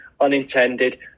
unintended